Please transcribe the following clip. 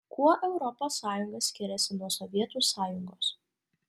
kuo europos sąjunga skiriasi nuo sovietų sąjungos